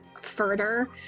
further